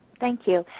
thank you.